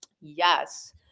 Yes